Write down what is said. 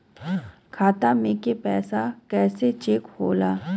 खाता में के पैसा कैसे चेक होला?